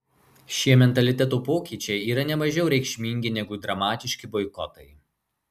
šie mentaliteto pokyčiai yra ne mažiau reikšmingi negu dramatiški boikotai